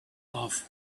off